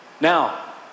Now